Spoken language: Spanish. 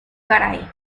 garay